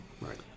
Right